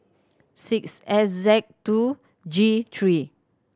six S Z two G three